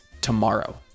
tomorrow